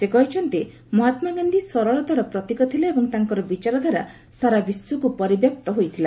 ସେ କହିଛନ୍ତି ମହାତ୍ମା ଗାନ୍ଧୀ ସରଳତାର ପ୍ରତୀକ ଥିଲେ ଏବଂ ତାଙ୍କର ବିଚାରଧାରା ସାରା ବିଶ୍ୱକୁ ପରିବ୍ୟାପ୍ତ ହୋଇଥିଲା